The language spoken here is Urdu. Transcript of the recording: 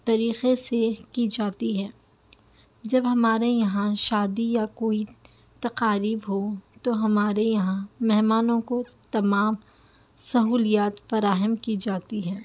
طریقے سے کی جاتی ہے جب ہمارے یہاں شادی یا کوئی تقاریب ہو تو ہمارے یہاں مہمانوں کو تمام سہولیات فراہم کی جاتی ہیں